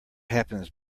happens